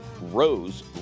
rose